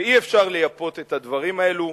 אי-אפשר לייפות את הדברים האלו,